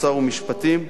אוצר ומשפטים,